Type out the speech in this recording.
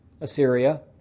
Assyria